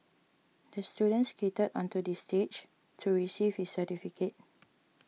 the student skated onto the stage to receive his certificate